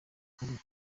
cyangwa